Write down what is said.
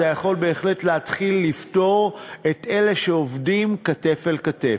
אתה יכול בהחלט להתחיל לפתור את בעיית אלה שעובדים כתף-אל-כתף.